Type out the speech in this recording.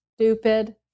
stupid